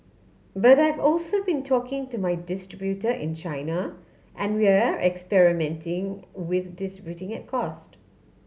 but I've also been talking to my distributor in China and we're experimenting with distributing at cost